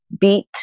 beat